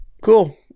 cool